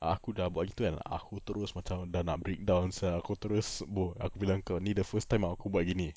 aku dah buat gitu kan aku terus macam dah nak breakdown sia aku terus bro aku bilang kau ini the first time aku buat gini